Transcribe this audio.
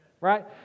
Right